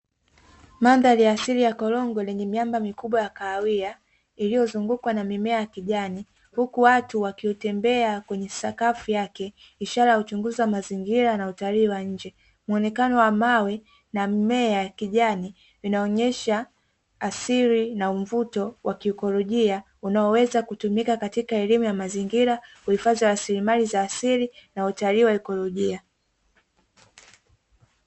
Mandhari ya asili ya korongo lenye miamba mikubwa ya kahawia iliyozungukwa na mimea ya kijani, huku watu wakiutembea kwenye sakafu yake ishara ya uchunguzi wa mazingira na utalii wa nje. Muonekano wa mawe na mimea ya kijani inaonyesha asili na mvuto wa kiikolojia unaoweza kutumika katika elimu ya mazingira, uhifadhi wa rasilimali za asili na utalii wa ikolojia.